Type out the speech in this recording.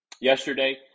Yesterday